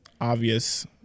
obvious